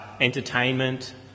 entertainment